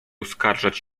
uskarżać